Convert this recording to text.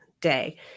day